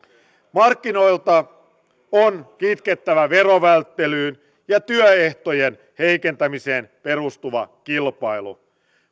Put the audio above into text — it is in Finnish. markkinoilta on kitkettävä verovälttelyyn ja työehtojen heikentämiseen perustuva kilpailu